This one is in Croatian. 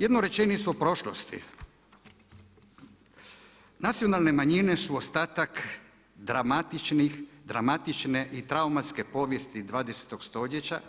Jednu rečenicu prošlosti, nacionalne manjine su ostatak dramatičnih, dramatične i traumatske povijesti 20. stoljeća